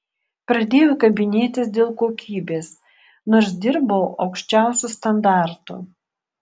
pradėjo kabinėtis dėl kokybės nors dirbau aukščiausiu standartu